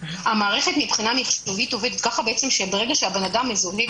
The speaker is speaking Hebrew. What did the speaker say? המערכת עובדת כך שברגע שהבן אדם מזוהה,